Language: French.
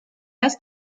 est